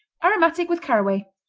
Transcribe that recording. aromatic with caraway,